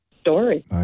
story